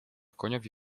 koniowi